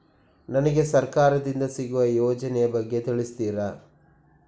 ನನಗೆ ಸರ್ಕಾರ ದಿಂದ ಸಿಗುವ ಯೋಜನೆ ಯ ಬಗ್ಗೆ ತಿಳಿಸುತ್ತೀರಾ?